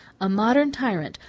a modern tyrant,